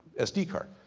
sd card.